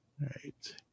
right